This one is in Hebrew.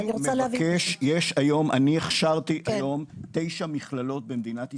אני רוצה להבין --- אני הכשרתי היום תשע מכללות במדינת ישראל,